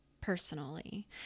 personally